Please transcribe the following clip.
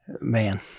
man